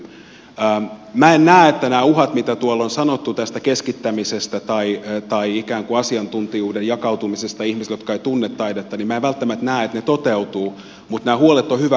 minä en välttämättä näe että nämä uhat se mitä tuolla on sanottu tästä keskittämisestä tai ikään kuin asiantuntijuuden jakautumisesta ihmisille jotka eivät tunne taidetta toteutuvat mutta nämä huolet on hyvä kuulla